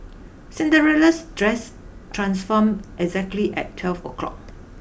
Cinderella's dress transformed exactly at twelve o'clock